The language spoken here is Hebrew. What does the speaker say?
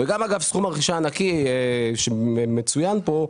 אגב, גם סכום הרכישה הנקי שמצוין כאן,